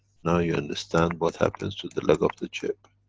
now you understand what happens to the leg of the chip.